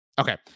Okay